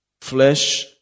flesh